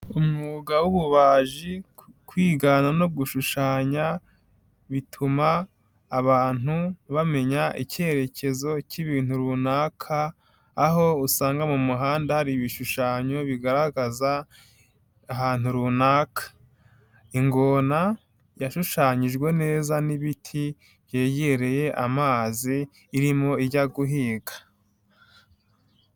Umwuga w'ububaji, kwigana no gushushanya bituma abantu bamenya icyerekezo cy'ibintu runaka, aho usanga mu muhanda hari ibishushanyo bigaragaza ahantu runaka, ingona yashushanyijwe neza n'ibiti byegereye amazi irimo ijya guhinga.